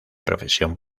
profesión